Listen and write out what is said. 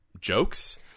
jokes